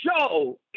show